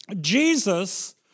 Jesus